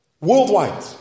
worldwide